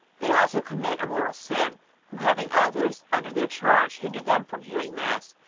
they also commit a mortal sin who, having others under their charge, hinder them from hearing mass,